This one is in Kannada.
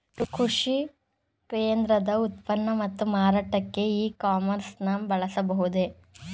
ಕೃಷಿ ಕ್ಷೇತ್ರದ ಉತ್ಪನ್ನ ಮತ್ತು ಮಾರಾಟಕ್ಕೆ ಇ ಕಾಮರ್ಸ್ ನ ಬಳಸಬಹುದೇ?